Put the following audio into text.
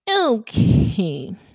okay